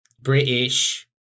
British